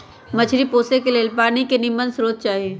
मछरी पोशे के लेल पानी के निम्मन स्रोत चाही